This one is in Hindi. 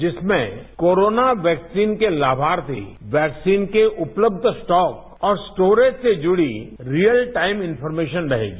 जिसमें कोरोना वैक्सीन के लाभार्थी वैक्सीन के उपलब्ध स्टॉक और स्टोरेज से जुड़ी रियल टाइम इनफॉरमेशन रहेगी